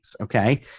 Okay